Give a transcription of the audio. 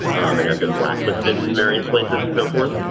um and i've been blacklisted in various places and so forth.